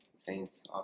Saints